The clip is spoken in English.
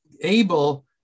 able